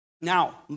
Now